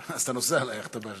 אז אתה נוסע ליאכטה באשדוד?